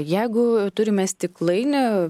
jeigu turime stiklainį